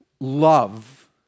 love